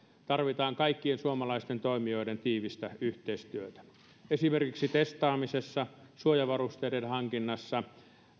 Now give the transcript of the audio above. tarvitaan kaikkien suomalaisten toimijoiden tiivistä yhteistyötä esimerkiksi testaamisessa suojavarusteiden hankinnassa